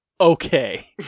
okay